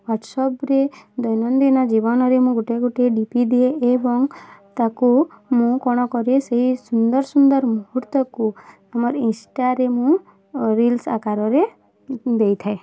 ହ୍ୱାଟ୍ସ୍ଆପ୍ରେ ଦୈନନ୍ଦିନ ଜୀବନରେ ମୁଁ ଗୋଟିଏ ଗୋଟିଏ ଡି ପି ଦିଏ ଏବଂ ତାକୁ ମୁଁ କ'ଣ କରେ ସେଇ ସୁନ୍ଦର ସୁନ୍ଦର ମୁହୂର୍ତ୍ତକୁ ଆମର ଇନଷ୍ଟାରେ ମୁଁ ରିଲ୍ସ୍ ଆକାରରେ ଦେଇଥାଏ